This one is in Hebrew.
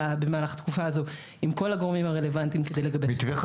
התקופה הזו עם כל הגורמים הרלוונטיים כדי לגבש מתווה.